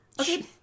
okay